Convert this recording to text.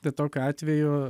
tai tokiu atveju